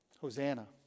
Hosanna